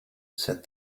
said